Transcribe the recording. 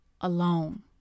alone